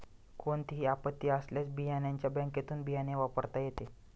कोणतीही आपत्ती आल्यास बियाण्याच्या बँकेतुन बियाणे वापरता येते